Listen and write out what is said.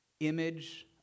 image